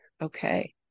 Okay